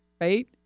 right